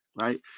right